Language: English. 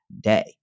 day